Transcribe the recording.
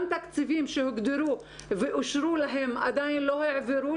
גם תקציבים שהוגדרו ואושרו להם עדיין לא העבירו,